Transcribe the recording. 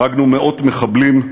הרגנו מאות מחבלים,